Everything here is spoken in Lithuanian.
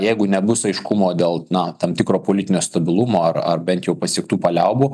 jeigu nebus aiškumo dėl na tam tikro politinio stabilumo ar ar bent jau pasiektų paliaubų